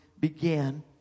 began